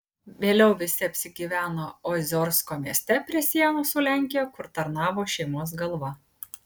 vėliau visi apsigyveno oziorsko mieste prie sienos su lenkija kur tarnavo šeimos galva